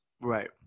Right